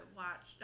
watch